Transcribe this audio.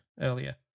earlier